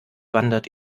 wandert